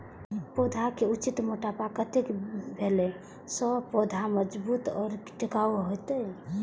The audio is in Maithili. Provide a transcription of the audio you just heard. पौधा के उचित मोटापा कतेक भेला सौं पौधा मजबूत आर टिकाऊ हाएत?